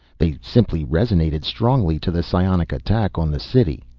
they simply resonated strongly to the psionic attack on the city.